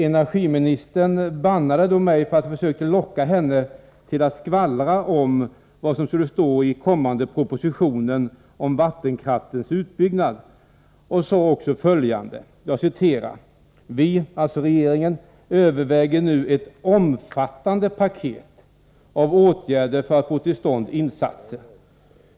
Energiministern bannade mig då för att jag försökte locka henne till att skvallra om vad som skulle stå i den kommande propositionen om vattenkraftens utbyggnad, och hon sade också följande: ”Vi” — alltså regeringen — ”överväger nu ett omfattande paket av åtgärder för att få till stånd insatser.